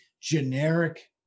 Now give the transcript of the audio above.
generic